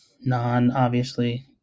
non-obviously